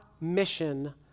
mission